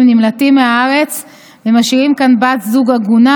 נמלטים מהארץ ומשאירים כאן בת זוג עגונה,